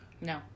No